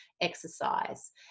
exercise